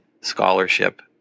scholarship